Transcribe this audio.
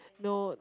no